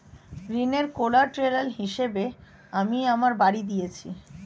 ঋনের কোল্যাটেরাল হিসেবে আমি আমার বাড়ি দিয়েছি